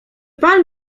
pan